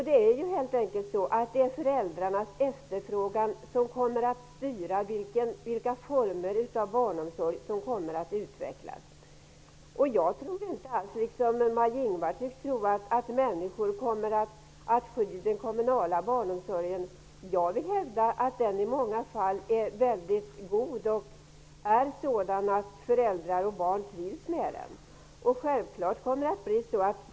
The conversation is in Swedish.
Det är helt enkelt så att det är föräldrarnas efterfrågan som kommer att styra vilka former av barnomsorg som kommer att utvecklas. Jag tror inte alls, som Maj-Inger Klingvall tycks tro, att människor kommer att sky den kommunala barnomsorgen. Jag vill hävda att den i många fall är väldigt god och sådan att föräldrar och barn trivs med den.